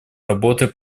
работой